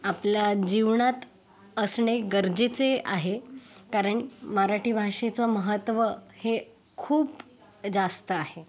आपल्या जीवनात असणे गरजेचं आहे कारण मराठी भाषेचं महत्त्व हे खूप जास्त आहे